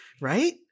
Right